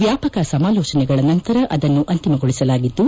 ವ್ಯಾಪಕ ಸಮಾಲೋಚನೆಗಳ ನಂತರ ಅದನ್ನು ಅಂತಿಮಗೊಳಿಸಲಾಗಿದ್ದು